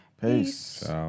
Peace